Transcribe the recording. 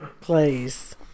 Please